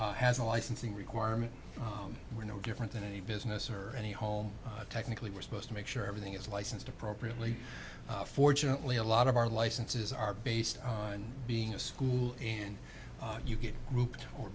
is has a licensing requirement we're no different than any business or any home technically we're supposed to make sure everything is licensed appropriately fortunately a lot of our licenses are based on being a school and you get grouped or